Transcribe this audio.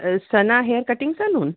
Sana hair cutting salon